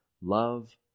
Love